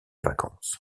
vacances